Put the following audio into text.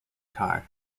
car